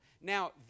Now